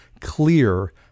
clear